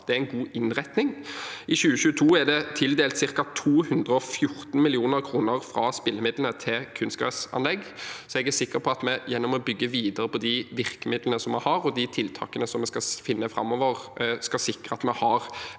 Det er en god innretning. I 2022 ble det tildelt ca. 214 mill. kr fra spillemidlene til kunstgressanlegg. Jeg er sikker på at vi gjennom å bygge videre på de virkemidlene vi har, og de tiltakene vi skal finne framover, kan sikre at vi har